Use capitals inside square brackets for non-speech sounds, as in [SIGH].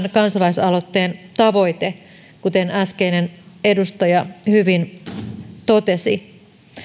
[UNINTELLIGIBLE] kansalaisaloitteen tavoite kuten äskeinen edustaja hyvin totesi